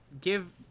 give